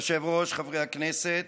כבוד היושב-ראש, חברי הכנסת,